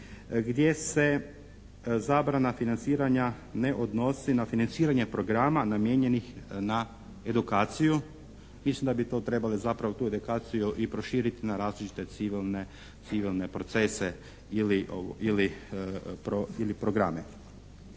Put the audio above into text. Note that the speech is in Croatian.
gdje se zabrana financiranja ne odnosi na financiranje programa namijenjenih na edukaciju. Mislim da bi to trebale zapravo tu edukaciju i proširiti na različite civilne, civilne procese ili programe.